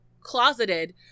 closeted